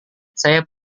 saya